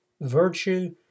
Virtue